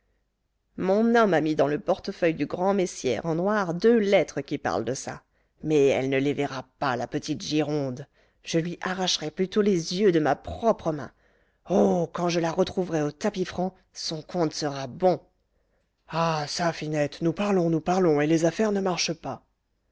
mon homme a mis dans le portefeuille du grand messière en noir deux lettres qui parlent de ça mais elle ne les verra pas la petite gironde je lui arracherais plutôt les yeux de ma propre main oh quand je la retrouverai au tapis franc son compte sera bon ah çà finette nous parlons nous parlons et les affaires ne marchent pas